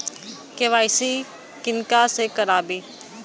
KYC किनका से कराबी?